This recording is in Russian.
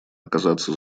оказаться